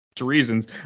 reasons